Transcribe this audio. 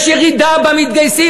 יש ירידה במתגייסים.